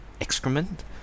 excrement